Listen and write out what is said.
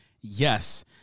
yes